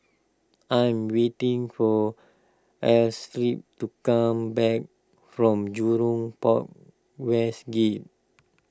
I am waiting for Astrid to come back from Jurong Port West Gate